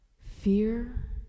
Fear